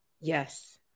Yes